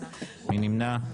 מי נמנע?